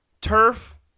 Turf